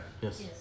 Yes